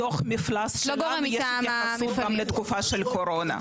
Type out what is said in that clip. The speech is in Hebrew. זה גם מופיע בדוח מפלס שלנו יש התייחסות גם לתקופה של הקורונה.